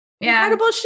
incredible